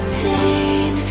pain